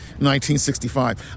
1965